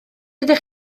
ydych